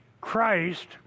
Christ